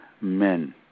men